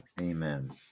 Amen